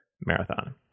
Marathon